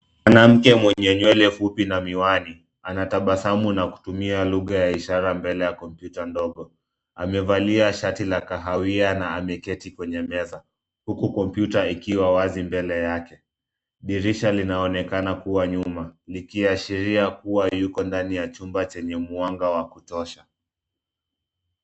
Mwanamke mwenye nywele fupi na miwani anatabasamu na kutumia lugha ya ishara mbele ya kompyuta ndogo. Amevalia shati la kahawia na ameketi kwenye meza huku kompyuta ikiwa wazi mbele yake. Dirisha linaonekana kuwa nyuma likiashiria kuwa yuko ndani ya chumba chenye mwanga wa kutosha.